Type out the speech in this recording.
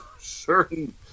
certain